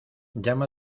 llama